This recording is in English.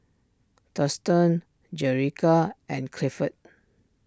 Thurston Jerica and Clifford